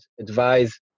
advise